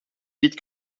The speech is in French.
vite